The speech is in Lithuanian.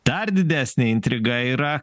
dar didesnė intriga yra